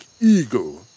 eagle